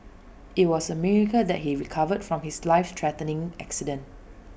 IT was A miracle that he recovered from his life threatening accident